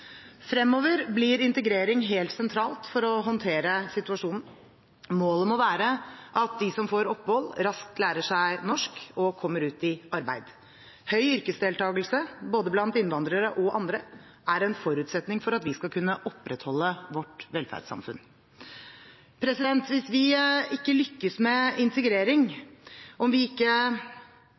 Fremover blir integrering helt sentralt for å håndtere situasjonen. Målet må være at de som får opphold, raskt lærer seg norsk og kommer ut i arbeid. Høy yrkesdeltagelse, både blant innvandrere og andre, er en forutsetning for at vi skal kunne opprettholde vårt velferdssamfunn. Vi kan ikke lykkes med integreringen hvis vi ikke løser utfordringene vi